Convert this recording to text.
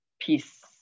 peace